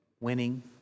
Winning